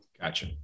Gotcha